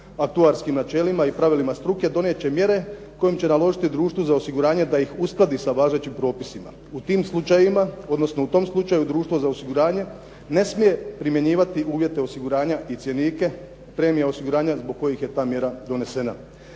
aktuarskim načelima i pravilima struke donijet će mjere kojima će naložiti društvu za osiguranje da ih uskladi sa važećim propisima. U tim slučajevima odnosno u tom slučaju društvo za osiguranje ne smije primjenjivati uvjete osiguranja i cjenike, premije osiguranja zbog kojih je ta mjera donesena.